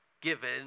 given